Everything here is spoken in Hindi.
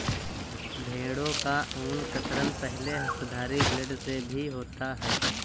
भेड़ों का ऊन कतरन पहले हस्तधारी ब्लेड से भी होता है